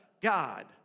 God